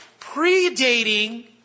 predating